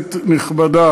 כנסת נכבדה,